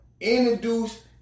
introduce